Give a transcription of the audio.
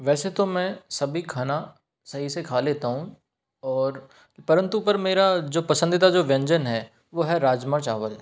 वैसे तो मैं सभी खाना सही से खा लेता हूँ और परन्तु पर मेरा जो पसंदीदा व्यंजन है वह है राजमा चावल